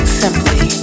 simply